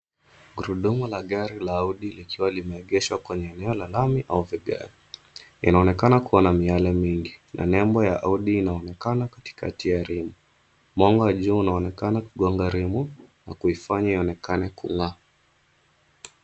Gurudumu la gari la Audi likiwa limeegeshwa kwenye eneo la lami au vigae. Yanaonekana kuwa na miale mingi na nembo ya Audi inaonekana katikati ya rimu. Mwanga wa jua unaonekana kugonga rimu na kuifanya ionekane kung'aa.